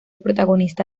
protagonista